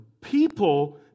people